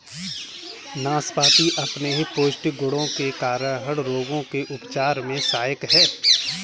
नाशपाती अपने पौष्टिक गुणों के कारण रोगों के उपचार में सहायक है